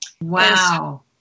Wow